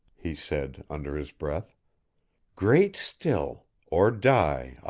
he said under his breath great still, or die,